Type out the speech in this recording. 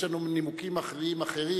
יש לנו נימוקים מכריעים אחרים,